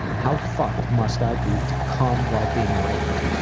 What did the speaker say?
how fucked must i be to come while being raped?